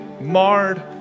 marred